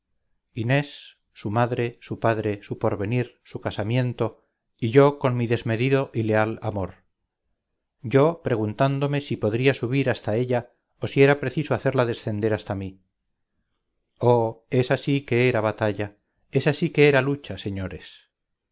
inés su madre su padre su porvenir su casamiento y yo con mi desmedido y leal amor yo preguntándome si podría subir hasta ella o si era preciso hacerla descender hasta mí oh esta sí que era batalla esta sí que era lucha señores